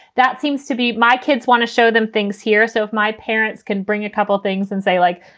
that seems to be my kids want to show them things here. so if my parents can bring a couple of things and say, like,